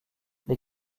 les